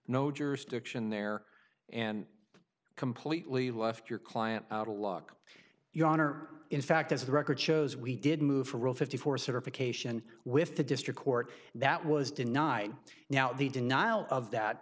no jurisdiction there and completely left your client out of luck your honor in fact as the record shows we did move for rule fifty four certification with the district court that was denied now the